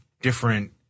different